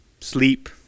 sleep